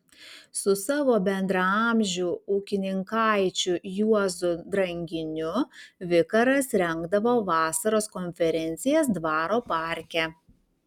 su savo bendraamžiu ūkininkaičiu juozu dranginiu vikaras rengdavo vasaros konferencijas dvaro parke